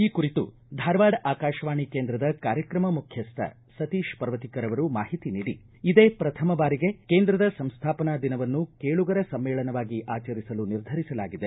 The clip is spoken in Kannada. ಈ ಕುರಿತು ಧಾರವಾಡ ಆಕಾಶವಾಣಿ ಕೇಂದ್ರದ ಕಾರ್ಯಕ್ರಮ ಮುಖ್ಣಸ್ವ ಸತೀತ್ ಪರ್ವತಿಕರ್ ಅವರು ಮಾಹಿತಿ ನೀಡಿ ಇದೇ ಪ್ರಥಮ ಬಾರಿಗೆ ಕೇಂದ್ರದ ಸಂಸ್ಥಾಪನಾ ದಿನವನ್ನು ಕೇಳುಗರ ಸಮ್ಮೇಳನವಾಗಿ ಆಚರಿಸಲು ನಿರ್ಧರಿಸಲಾಗಿದೆ